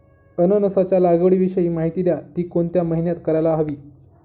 अननसाच्या लागवडीविषयी माहिती द्या, ति कोणत्या महिन्यात करायला हवी?